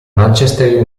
manchester